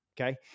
Okay